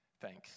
thanks